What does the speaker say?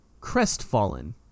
Crestfallen